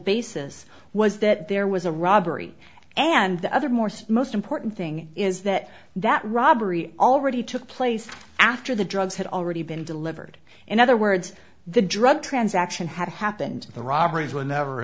basis was that there was a robbery and the other more most important thing is that that robbery already took place after the drugs had already been delivered in other words the drug transaction had happened the robberies would never